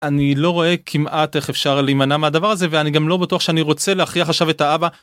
אני לא רואה כמעט איך אפשר להימנע מהדבר הזה ואני גם לא בטוח שאני רוצה להכריח עכשיו את האבא